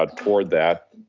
ah toward that,